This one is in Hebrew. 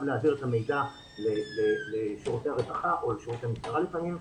להעביר את המידע לשירותי הרווחה או לשירותי משטרה לפעמים,